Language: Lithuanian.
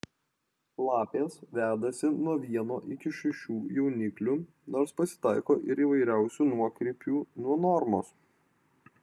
lapės vedasi nuo vieno iki šešių jauniklių nors pasitaiko ir įvairiausių nuokrypių nuo normos